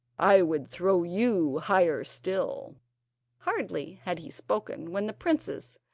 i would throw you higher still hardly had he spoken, when the princess,